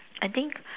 I think